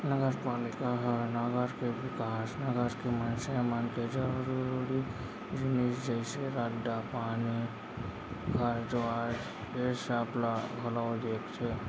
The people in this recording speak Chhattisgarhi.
नगरपालिका ह नगर के बिकास, नगर के मनसे मन के जरुरी जिनिस जइसे रद्दा, पानी, घर दुवारा ऐ सब ला घलौ देखथे